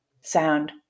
sound